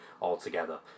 altogether